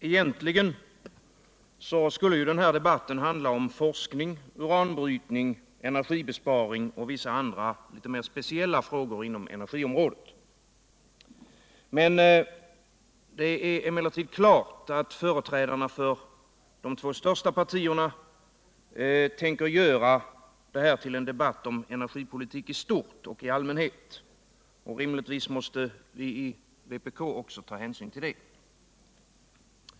Herr talman! Egentligen skulle den här debatten handla om forskning, uranbrytning, energibesparing och vissa andra litet mer speciella frågor inom cnergiområdet. Det är emellertid helt klart att företrädarna för de två största partierna tänker göra den till en debatt om energipolitik i stort och i allmänhet. Rimligtvis måste vi från vpk också ta hänsyn till det.